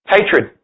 Hatred